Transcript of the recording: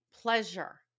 pleasure